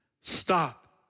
Stop